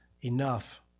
enough